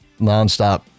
nonstop